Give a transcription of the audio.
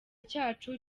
cyacu